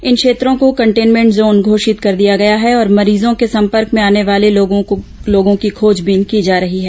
इन क्षेत्रों को containment zone घोषित कर दिया गया है और मरीजों के संपर्क में आने वाले लोगों की खोजबीन की जा रही है